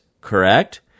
correct